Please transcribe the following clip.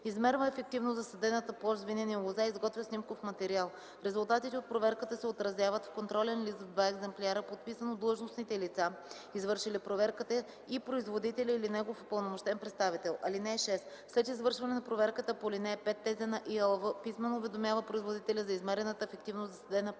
измерва ефективно засадената площ с винени лозя и изготвя снимков материал. Резултатите от проверката се отразяват в контролен лист в два екземпляра, подписан от длъжностните лица, извършили проверката, и производителя или негов упълномощен представител. (6) След извършване на проверката по ал. 5, ТЗ на ИАЛВ писмено уведомява производителя за измерената ефективно засадена площ.